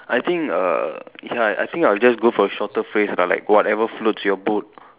I think err ya I I think I'll just go for shorter phrase but like whatever floats your boat